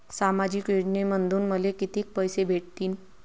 सामाजिक योजनेमंधून मले कितीक पैसे भेटतीनं?